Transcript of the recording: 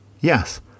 Yes